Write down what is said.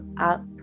up